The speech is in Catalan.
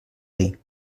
dir